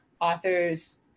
authors